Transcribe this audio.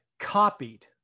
Copied